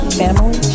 family